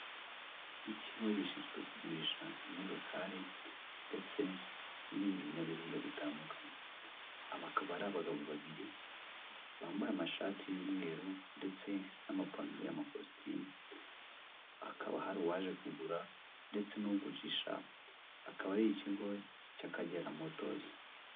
Ikigo gishinzwe kugurisha imodokari ndetse n'ibindi binyabiziga bitandukanye, aba akaba ari abagabo babiri bambaye amashati y'umweru ndetse n'amapantaro y'amakositimu, hakaba hari uwaje kugura ndetse n'ugurisha, akaba ari ikigo cy'Akagera motozi.